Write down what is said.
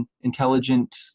intelligent